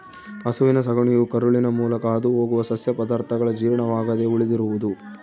ಹಸುವಿನ ಸಗಣಿಯು ಕರುಳಿನ ಮೂಲಕ ಹಾದುಹೋಗುವ ಸಸ್ಯ ಪದಾರ್ಥಗಳ ಜೀರ್ಣವಾಗದೆ ಉಳಿದಿರುವುದು